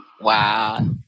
Wow